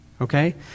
Okay